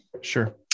Sure